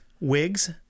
wigs